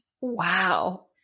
Wow